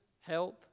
health